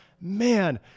Man